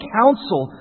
counsel